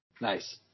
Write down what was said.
Nice